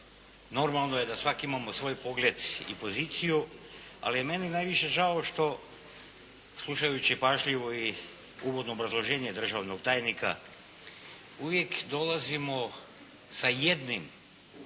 normalno je da svaki imamo svoj pogled i poziciju. Ali je meni najviše žao što, slušajući pažljivo i uvodno obrazloženje državnog tajnika, uvijek dolazimo sa jednim korakom